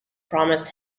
promised